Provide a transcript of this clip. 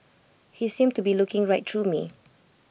he seemed to be looking right through me